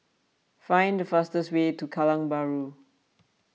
find the fastest way to Kallang Bahru